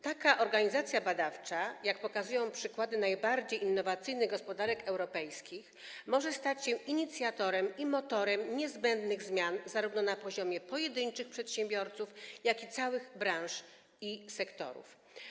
Taka organizacja badawcza, jak pokazują przykłady najbardziej innowacyjnych gospodarek europejskich, może stać się inicjatorem i motorem niezbędnych zmian zarówno na poziomie pojedynczych przedsiębiorców, jak i całych branż i sektorów.